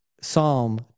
psalm